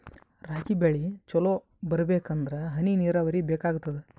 ರಾಗಿ ಬೆಳಿ ಚಲೋ ಬರಬೇಕಂದರ ಹನಿ ನೀರಾವರಿ ಬೇಕಾಗತದ?